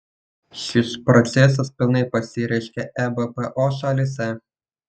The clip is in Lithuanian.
šis procesas pilnai pasireiškė ebpo šalyse